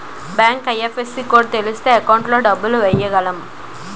bank IFSC code తెలిస్తేనే account లో డబ్బులు ఎయ్యగలం